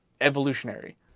evolutionary